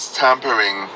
tampering